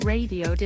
Radio